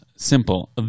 Simple